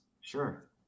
Sure